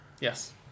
Yes